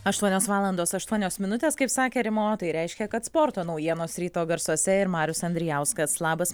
aštuonios valandos aštuonios minutės kaip sakė rima o tai reiškia kad sporto naujienos ryto garsuose ir marius andrijauskas labas